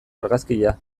argazkia